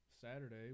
Saturday